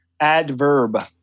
Adverb